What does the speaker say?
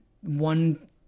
one